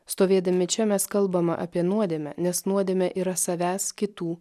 stovėdami čia mes kalbama apie nuodėmę nes nuodėmė yra savęs kitų